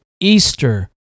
Easter